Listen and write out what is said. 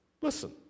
Listen